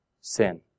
sin